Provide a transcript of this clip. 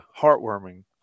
heartwarming